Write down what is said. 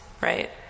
right